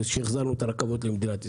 שהחזרנו את הרכבות למדינת ישראל.